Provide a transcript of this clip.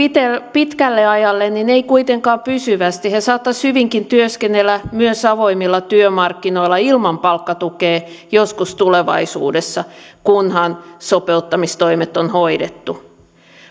pitkälle ajalle niin ei kuitenkaan pysyvästi he saattaisivat hyvinkin työskennellä myös avoimilla työmarkkinoilla ilman palkkatukea joskus tulevaisuudessa kunhan sopeuttamistoimet on hoidettu